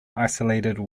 isolated